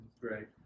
great